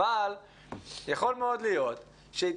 אבל יכול מאוד להיות שהתייחסות